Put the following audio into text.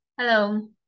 Hello